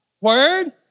Word